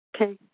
Okay